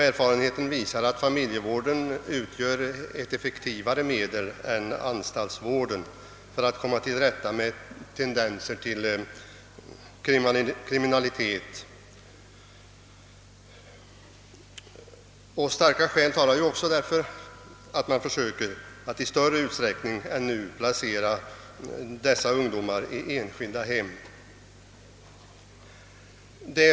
Erfarenheten visar att familjevården utgör ett effektivare medel än anstaltsvården för att komma till rätta med tendenser till kriminalitet. Starka skäl talar också för att man försöker att i större utsträckning än nu placera dessa ungdomar i enskilda hem.